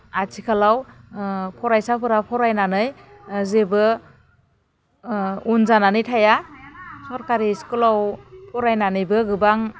आथिखालाव फरायसाफोरा फरायनानै जेबो उन जानानै थाया सरकारि स्कुलाव फरायनानैबो गोबां